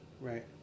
Right